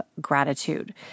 gratitude